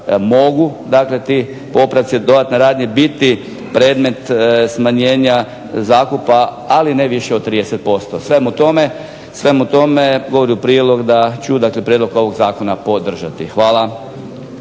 mogu ti popravci, dakle dodatne radnje biti predmet smanjenja zakupa ali ne više od 30%. Svemu tome govori u prilog da ću prijedlog ovog Zakona podržati. Hvala.